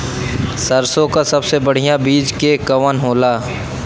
सरसों क सबसे बढ़िया बिज के कवन होला?